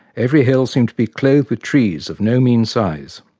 every hill seemd to be cloth'd with trees of no mean size.